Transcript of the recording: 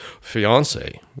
fiance